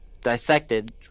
dissected